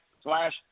slash